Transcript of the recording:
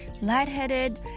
lightheaded